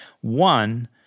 One